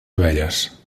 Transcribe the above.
abelles